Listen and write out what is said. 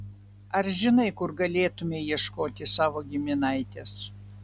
ar žinai kur galėtumei ieškoti savo giminaitės